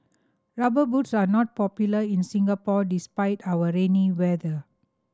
Rubber Boots are not popular in Singapore despite our rainy weather